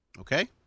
Okay